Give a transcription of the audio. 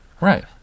Right